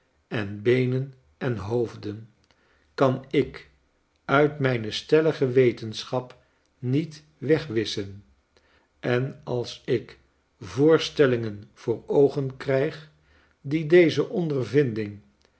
en beenen en hoofden kan ik uit mijne stellige wetenschap niet wegwisschen en als ik voorstellingen voor oogen krijg die deze ondervinding